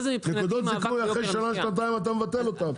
נקודות זיכוי, אחרי שנה-שנתיים אתה מבטל אותן.